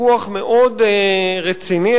ויכוח מאוד רציני,